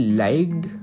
liked